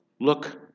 Look